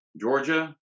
Georgia